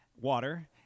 water